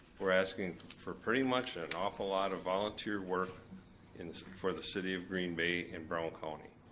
we're asking for pretty much an awful lot of volunteer work and for the city of green bay and brown county.